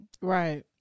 Right